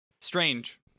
strange